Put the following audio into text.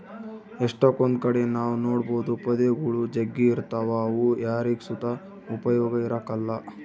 ಎಷ್ಟಕೊಂದ್ ಕಡೆ ನಾವ್ ನೋಡ್ಬೋದು ಪೊದೆಗುಳು ಜಗ್ಗಿ ಇರ್ತಾವ ಅವು ಯಾರಿಗ್ ಸುತ ಉಪಯೋಗ ಇರಕಲ್ಲ